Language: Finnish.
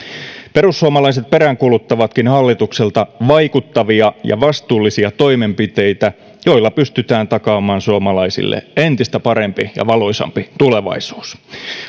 perussuomalaiset peräänkuuluttavatkin hallitukselta vaikuttavia ja vastuullisia toimenpiteitä joilla pystytään takaamaan suomalaisille entistä parempi ja valoisampi tulevaisuus